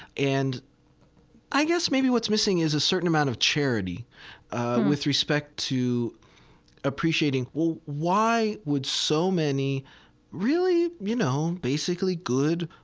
and i guess maybe what's missing is a certain amount of charity with respect to appreciating, well, why would so many really, you know, basically good,